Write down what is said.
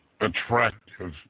attractive